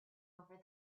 over